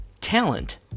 talent